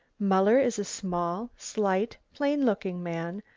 muller is a small, slight, plain-looking man,